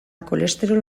kolesterol